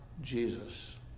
Jesus